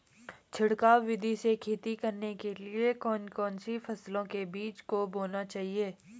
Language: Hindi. छिड़काव विधि से खेती करने के लिए कौन कौन सी फसलों के बीजों को बोना चाहिए?